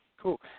Cool